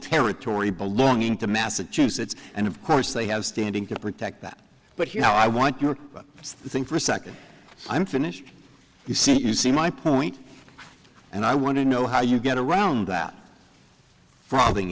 territory belonging to massachusetts and of course they have standing to protect that but here i want you think for a second i'm finished you see you see my point and i want to know how you get around that robbing